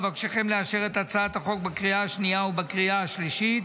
אבקשכם לאשר את הצעת החוק בקריאה השנייה ובקריאה השלישית.